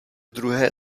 druhé